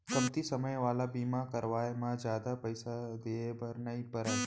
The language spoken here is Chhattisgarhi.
कमती समे वाला बीमा करवाय म जादा पइसा दिए बर नइ परय